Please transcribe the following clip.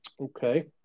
Okay